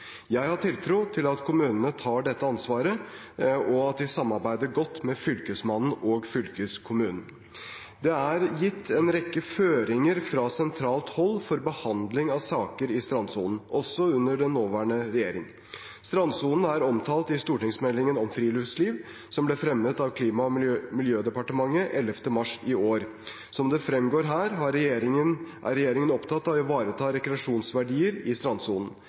Jeg har tiltro til at kommunene tar dette ansvaret, og at de samarbeider godt med fylkesmannen og fylkeskommunen. Det er gitt en rekke føringer fra sentralt hold for behandling av saker i strandsonen, også under den nåværende regjering. Strandsonen er omtalt i stortingsmeldingen om friluftsliv som ble fremmet av Klima- og miljødepartementet 11. mars i år. Som det fremgår her, er regjeringen opptatt av å ivareta rekreasjonsverdier i strandsonen.